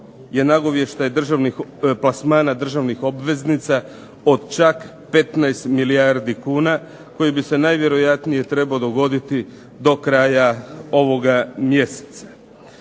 je nagovještaj državnih, plasmana državnih obveznica od čak 15 milijardi kuna, koji bi se najvjerojatnije trebao dogoditi do kraja ovoga mjeseca.